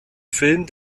film